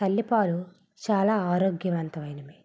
తల్లిపాలు చాలా ఆరోగ్యవంతమైనవి